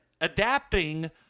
adapting